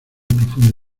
profundo